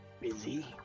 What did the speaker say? busy